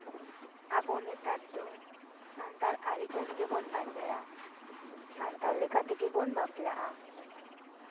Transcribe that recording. ᱟᱵᱚ ᱱᱮᱛᱟᱨ ᱫᱚ ᱥᱟᱱᱛᱟᱲ ᱟᱹᱨᱤᱪᱟᱹᱞᱤ ᱜᱮᱵᱚᱱ ᱯᱟᱸᱡᱟᱭᱟ ᱥᱟᱱᱛᱟᱲ ᱞᱮᱠᱟ ᱛᱮᱜᱮᱵᱚᱱ ᱵᱟᱯᱞᱟᱜᱼᱟ